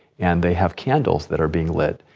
and they have candles that are being lit.